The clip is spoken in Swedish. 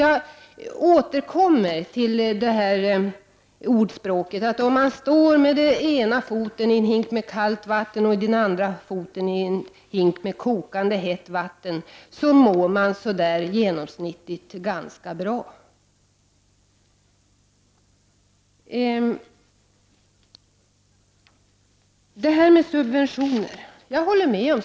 Jag återkommer till det tvivelaktiga i att om man står med den ena foten i en hink med kallt vatten och den andra i en hink med kokhett vatten, mår man genomsnittligt sett ganska bra.